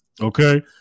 Okay